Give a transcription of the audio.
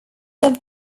have